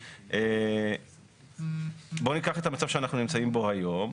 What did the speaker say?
בוא ניקח את המצב שאנחנו נמצאים בו היום.